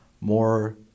more